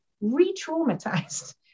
re-traumatized